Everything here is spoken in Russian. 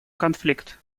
конфликт